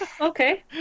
Okay